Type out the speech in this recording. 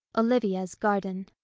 olivia's garden.